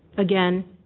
again